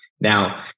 Now